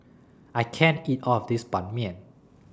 I can't eat All of This Ban Mian